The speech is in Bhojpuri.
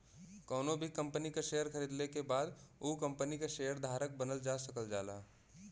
कउनो भी कंपनी क शेयर खरीदले के बाद उ कम्पनी क शेयर धारक बनल जा सकल जाला